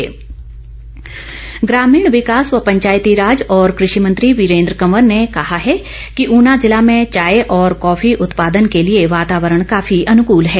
वीरेन्द्र कंवर ग्रामीण विकास व पंचायतीराज और कृषि मंत्री वीरेन्द्र कंवर ने कहा है कि उना जिला में चाय और कॉफी उत्पादन के लिए वातावरण काफी अनुकूल है